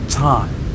time